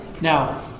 Now